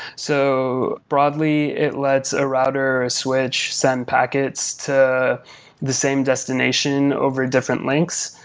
so broadly, it lets a router switch send packets to the same destination over different links.